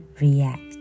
react